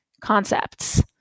concepts